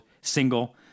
single